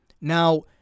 Now